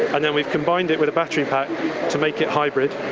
and then we've combined it with a battery pack to make it hybrid.